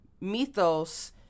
mythos